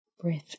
Breath